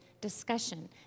discussion